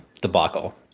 debacle